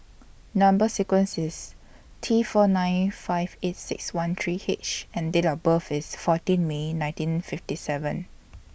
Number sequence IS T four nine five eight six one three H and Date of birth IS fourteen May nineteen fifty seven